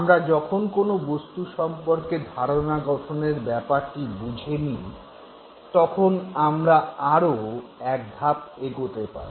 আমরা যখন কোনো বস্তু সম্পর্কে ধারণা গঠনের ব্যাপারটি বুঝে গিয়েছি তখন আমরা আরো এক ধাপ এগোতে পারি